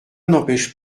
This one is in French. n’empêche